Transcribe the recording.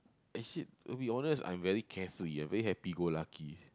eh shit to be honest I'm very carefree i very happy-go-lucky